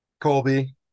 Colby